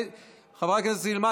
חברת הכנסת סילמן,